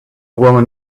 woman